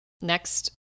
next